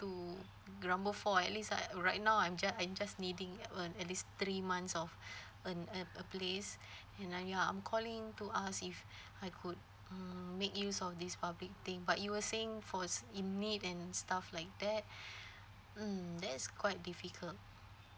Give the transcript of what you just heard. to grumble for at least like I right now I'm ju~ I just needing uh at least three months of uh uh a place and I ya I'm calling to ask if I could mm make use of this public thing but you were saying for s~ in need and stuff like that mm that's quite difficult